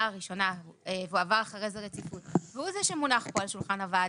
הראשונה והוא זה שמונח כאן על שולחן הוועדה.